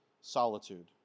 Solitude